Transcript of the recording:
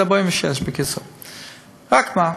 בקיצור, זה 46. רק מה?